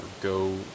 go